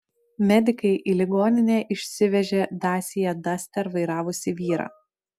medikai į ligoninę išsivežė dacia duster vairavusį vyrą